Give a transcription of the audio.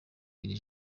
iri